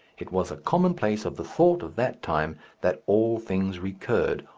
it was a commonplace of the thought of that time that all things recurred,